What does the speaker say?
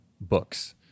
books